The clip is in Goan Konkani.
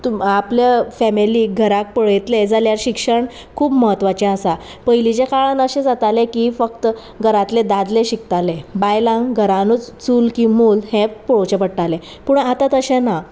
आपल्या फॅमिलीक घराक पळयतलें जाल्यार शिक्षण खूब म्हत्वाचें आसा पयलींच्या काळान अशें जातालें की फक्त घरांतले दादले शिकताले बायलांक घरानूच चूल की मूल हेंच पळोवचें पडटालें पूण आतां तशें ना